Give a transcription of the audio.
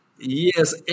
Yes